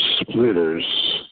splitters